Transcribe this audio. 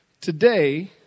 Today